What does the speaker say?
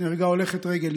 נהרגה הולכת רגל,